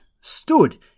stood